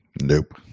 nope